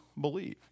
believe